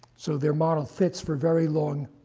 so their model fits for very long